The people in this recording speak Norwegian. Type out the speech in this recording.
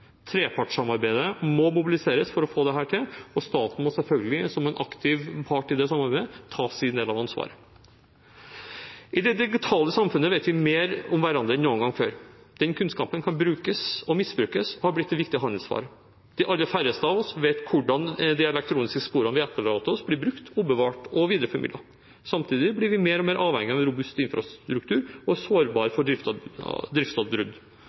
Trepartssamarbeidet må mobiliseres for å få til dette, og staten må som en aktiv part i det samarbeidet selvfølgelig ta sin del av ansvaret. I det digitale samfunnet vet vi mer om hverandre enn noen gang før. Den kunnskapen kan brukes og misbrukes og er blitt en viktig handelsvare. De aller færreste vet hvordan de elektroniske sporene vi etterlater oss, blir brukt, bevart og videreformidlet. Samtidig blir vi mer og mer avhengig av robust infrastruktur og er sårbare for driftsavbrudd.